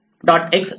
x self